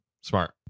Smart